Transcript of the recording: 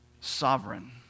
Sovereign